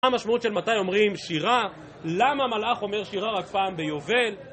מה המשמעות של מתי אומרים שירה? למה מלאך אומר שירה רק פעם ביובל?